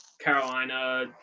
Carolina